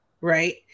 Right